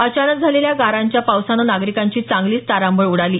अचानक झालेल्या गारांच्या पावसानं नागरिकांची चांगलीच तारांबळ उडाली